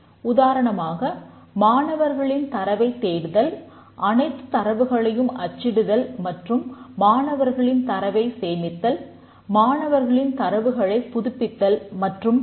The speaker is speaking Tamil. உதாரணமாக மாணவர்களின் தரவைத் தேடுதல் அனைத்து தரவுகளையும் அச்சிடுதல் மற்றும் மாணவர்களின் தரவைச் சேமித்தல் மாணவர்களின் தரவுகளைப் புதுப்பித்தல் மற்றும் பல